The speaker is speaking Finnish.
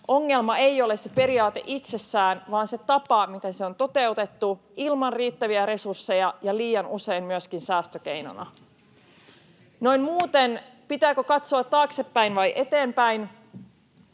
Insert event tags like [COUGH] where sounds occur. Ongelma ei ole se periaate itsessään vaan se tapa, miten se on toteutettu: ilman riittäviä resursseja ja liian usein myöskin säästökeinona. Noin muuten, [NOISE] pitääkö katsoa taaksepäin vai eteenpäin?